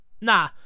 Nah